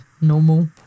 normal